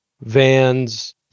vans